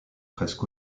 presque